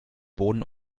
bohnen